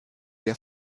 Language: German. der